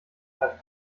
hat